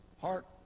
heart